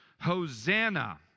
Hosanna